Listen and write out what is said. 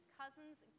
cousin's